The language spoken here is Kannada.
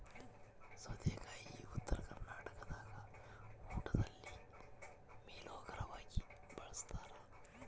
ಸೌತೆಕಾಯಿ ಉತ್ತರ ಕರ್ನಾಟಕದಾಗ ಊಟದಲ್ಲಿ ಮೇಲೋಗರವಾಗಿ ಬಳಸ್ತಾರ